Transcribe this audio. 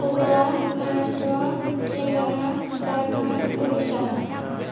Goa Maharashtra Telangana Jharkhand Odisha